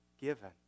given